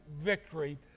Victory